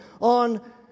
on